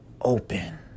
open